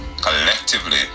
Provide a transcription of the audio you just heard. collectively